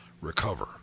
recover